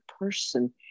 person